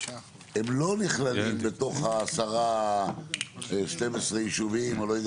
הם לא נכללים בתוך ה-10 12 ישובים או לא יודע